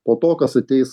po to kas ateis